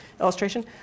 illustration